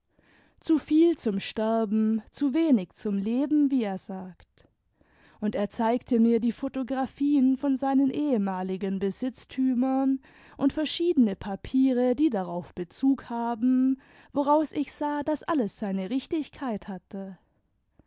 zu viel zum sterben zu wenig zum leben wie er sagt und er zeigte mir die photographien von seinen ehemaligen besitztümern und verschiedene papiere die darauf bezug haben woraus ich sah daß alles seine richtigkeit hatte